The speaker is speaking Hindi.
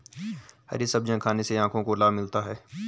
हरी सब्जियाँ खाने से आँखों को लाभ मिलता है